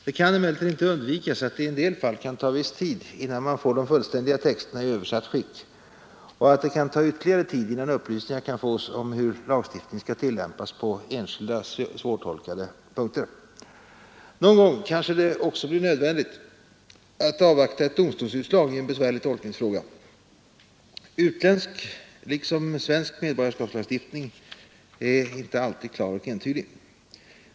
Det kan emellertid inte undvikas, att det i en del fall kan ta viss tid, innan man erhåller de fullständiga texterna i översatt skick och att det kan ta ytterligare tid, innan upplysningar erhålls om hur lagstiftningen skall tillämpas på enskilda svårtolkade punkter. Någon gång kanske det även blir nödvändigt att avvakta ett domstolsutslag i en besvärlig tolkningsfråga; utländsk — liksom svensk — medborgarskapslagstiftning är nämligen inte alltid klar och entydig.